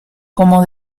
como